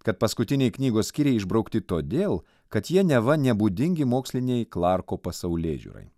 kad paskutiniai knygos skyriai išbraukti todėl kad jie neva nebūdingi mokslinei klarko pasaulėžiūrai